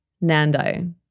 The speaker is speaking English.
Nando